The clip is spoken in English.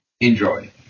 Enjoy